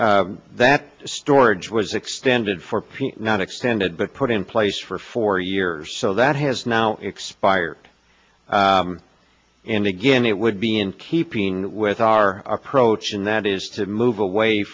that storage was extended for not extended but put in place for four years so that has now expired and again it would be in keeping with our approach and that is to move away